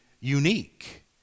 unique